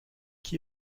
qui